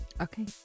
Okay